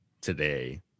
today